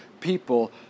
people